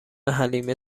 حلیمه